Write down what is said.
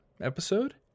episode